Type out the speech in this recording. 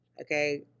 Okay